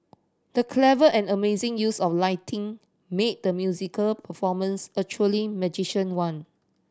the clever and amazing use of lighting made the musical performance a truly one